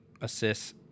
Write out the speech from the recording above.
assists